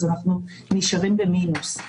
אז אנחנו נשארים במינוס.